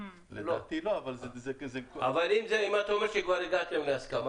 אבל --- אם אתה אומר שכבר הגעתם להסכמה,